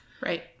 Right